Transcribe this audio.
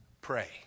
pray